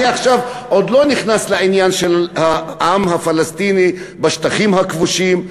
אני עכשיו עוד לא נכנס לעניין של העם הפלסטיני בשטחים הכבושים,